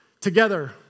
Together